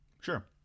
Sure